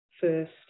first